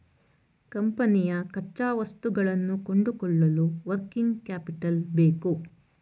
ಕಂಪನಿಯ ಕಚ್ಚಾವಸ್ತುಗಳನ್ನು ಕೊಂಡುಕೊಳ್ಳಲು ವರ್ಕಿಂಗ್ ಕ್ಯಾಪಿಟಲ್ ಬೇಕು